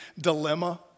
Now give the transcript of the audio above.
dilemma